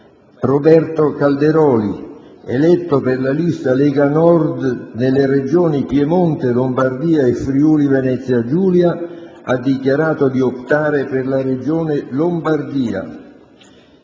Roberto Calderoli, eletto per la lista «Lega Nord» nelle Regioni Piemonte, Lombardia e Friuli-Venzia Giulia, ha dichiarato di optare per la Regione Lombardia;